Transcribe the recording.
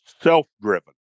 self-driven